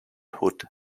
hood